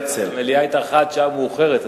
המליאה התארכה עד שעה מאוחרת,